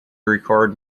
record